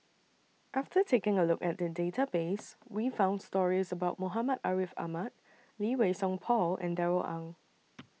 after taking A Look At The Database We found stories about Muhammad Ariff Ahmad Lee Wei Song Paul and Darrell Ang